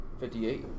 58